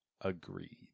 Agreed